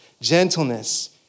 gentleness